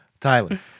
Tyler